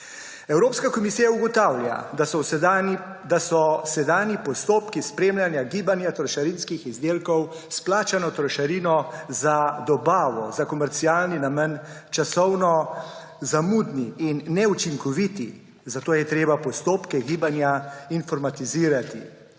Evropska komisija ugotavlja, da so sedanji postopki spremljanja gibanja trošarinskih izdelkov s plačano trošarino za dobavo za komercialni namen časovno zamudni in neučinkoviti, zato je treba postopke gibanja informatizirati.